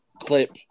clip